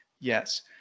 yes